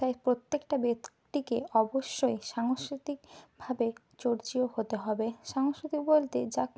তাই প্রত্যেকটা ব্যক্তিকে অবশ্যই সাংস্কৃতিক ভাবে চর্চীয় হতে হবে সাংস্কৃতিক বলতে যা